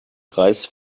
kreis